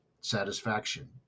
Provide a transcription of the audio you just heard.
satisfaction